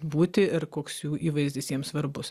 būti ir koks jų įvaizdis jiems svarbus